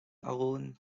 alone